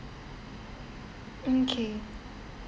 mm K